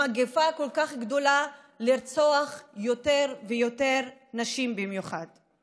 מגפה כל כך גדולה, לרצוח יותר ויותר, במיוחד נשים.